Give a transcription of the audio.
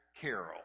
carol